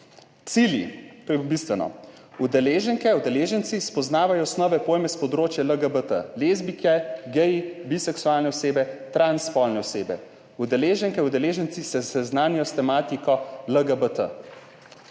Cilji, to je bistveno – udeleženke, udeleženci spoznavajo osnovne pojme s področja LGBT – lezbijke, geji, biseksualne osebe, transspolne osebe. Udeleženke, udeleženci se seznanijo s tematiko LGBT.